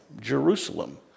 Jerusalem